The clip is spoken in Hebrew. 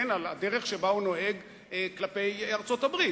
על הדרך שבה הוא נוהג כלפי ארצות-הברית.